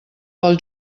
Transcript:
pel